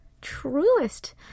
truest